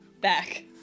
back